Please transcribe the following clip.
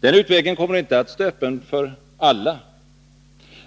Den utvägen kommer inte att stå öppen för alla.